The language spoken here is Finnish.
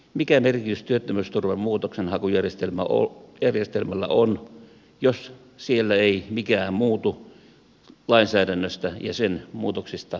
mikä merkitys työttömyysturvan muutoksenhakujärjestelmällä on jos siellä ei mikään muutu lainsäädännöstä ja sen muutoksista huolimatta